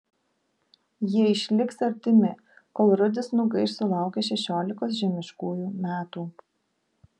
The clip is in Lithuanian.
jie išliks artimi kol rudis nugaiš sulaukęs šešiolikos žemiškųjų metų